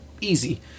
Easy